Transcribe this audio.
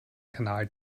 kanal